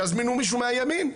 שיזמינו מישהו מהימין.